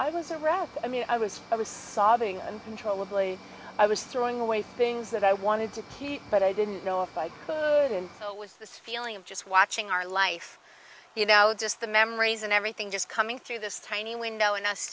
i was a wreck i mean i was i was sobbing uncontrollably i was throwing away things that i wanted to keep but i didn't know if i could and so was this feeling of just watching our life you know just the memories and everything just coming through this tiny window and